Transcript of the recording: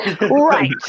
Right